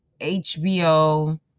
HBO